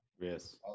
Yes